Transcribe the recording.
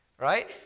right